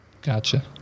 Gotcha